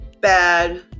bad